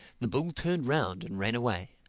the bull turned round and ran away.